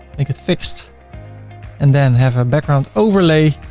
make it fixed and then have a background overlay,